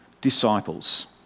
disciples